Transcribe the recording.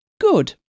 good